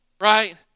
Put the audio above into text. right